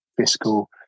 fiscal